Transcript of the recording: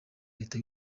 leta